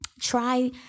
try